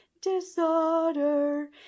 disorder